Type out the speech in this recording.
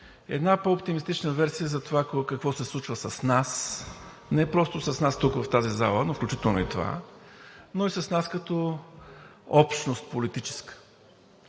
една по-оптимистична версия за това, какво се случва с нас, не просто с нас тук в тази зала, но включително и това, но и с нас като политическа